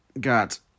got